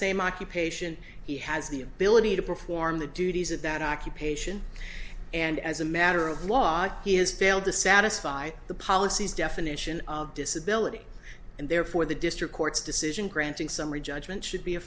same occupation he has the ability to perform the duties of that occupation and as a matter of law he has failed to satisfy the policies definition of disability and therefore the district court's decision granting summary judgment should be a